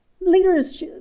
Leaders